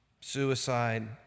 suicide